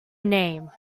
name